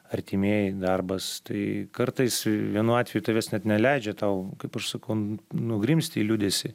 artimieji darbas tai kartais vienu atveju tavęs net neleidžia tau kaip aš sakau nugrimzti į liūdesį